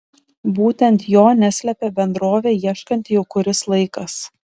būtent jo neslepia bendrovė ieškanti jau kuris laikas